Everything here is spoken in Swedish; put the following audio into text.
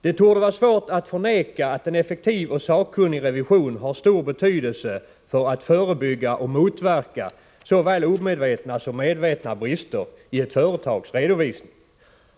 Det torde vara svårt att förneka att en effektiv och sakkunnig revision har stor betydelse för att förebygga och motverka såväl omedvetna som medvetna brister i ett företags redovisning.